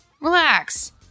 relax